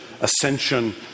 ascension